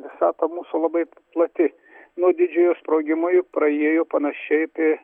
visata mūsų labai plati nuo didžiojo sprogimo juk praėjo panašiai apie